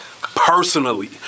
personally